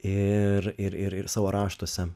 ir ir savo raštuose